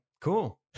cool